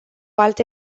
alte